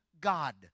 God